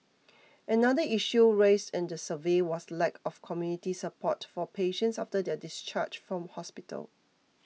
another issue raised in the survey was the lack of community support for patients after their discharge from hospital